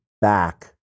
back